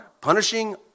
punishing